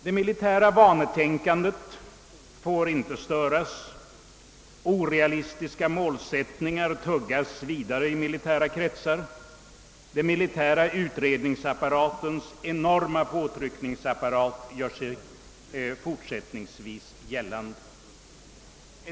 Det militära vanetänkandet får inte störas, orealistiska målsättningar tuggas vidare i militära kretsar, den militära utredningsapparatens enorma påtryckningsförmåga gör sig fortsättningsvis gällande.